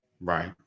Right